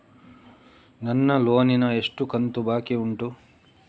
ನನ್ನ ಲೋನಿನ ಎಷ್ಟು ಕಂತು ಬಾಕಿ ಉಂಟು?